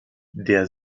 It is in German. der